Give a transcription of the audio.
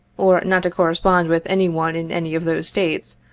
or not to correspond with any one in any of those states,